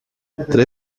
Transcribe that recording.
três